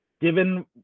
given